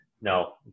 no